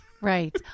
Right